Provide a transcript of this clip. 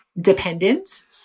dependent